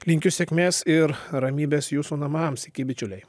linkiu sėkmės ir ramybės jūsų namams iki bičiuliai